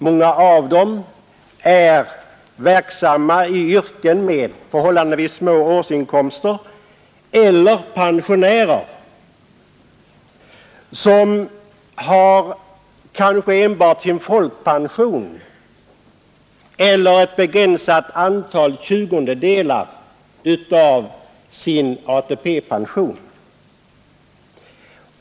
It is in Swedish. Många av dessa småhusägare är verksamma i yrken med förhållandevis små årsinkomster eller är pensionärer som kanske har enbart sin folkpension eller ett begränsat antal tjugondedelar av ATP-pensionen.